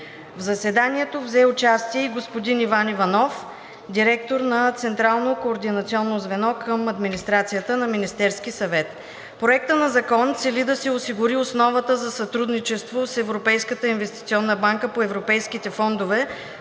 В заседанието взе участие и господин Иван Иванов – директор на Централно координационно звено към администрацията на Министерския съвет. Проектът на закон цели да се осигури основата за сътрудничество с Европейската инвестиционна банка по Европейските фондове